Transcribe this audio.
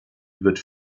wird